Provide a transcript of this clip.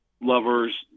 lover's